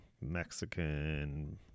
mexican